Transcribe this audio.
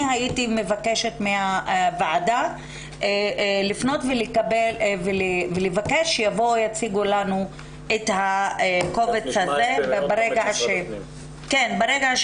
הייתי מבקשת מן הוועדה לפנות ולבקש שיציגו לנו את הקובץ הזה ברגע שהוא